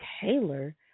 Taylor